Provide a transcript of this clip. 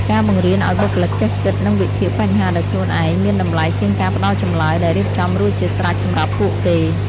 ការបង្រៀនឱ្យបុគ្គលិកចេះគិតនិងវិភាគបញ្ហាដោយខ្លួនឯងមានតម្លៃជាងការផ្តល់ចម្លើយដែលរៀបចំរួចជាស្រេចសម្រាប់ពួកគេ។